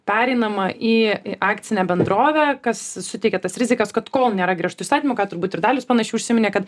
pereinama į į akcinę bendrovę kas suteikia tas rizikas kad kol nėra griežtų įstatymų ką turbūt ir dalius panašių užsiminė kad